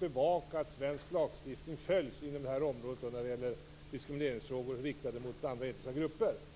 bevaka att svensk lagstiftning följs inom det här området, alltså frågor om diskriminering riktad mot andra etniska grupper.